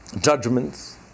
judgments